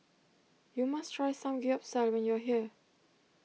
you must try Samgeyopsal when you are here